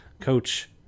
coach